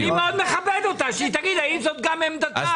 אני מאוד מכבד אותה, שתגיד האם זו גם עמדה.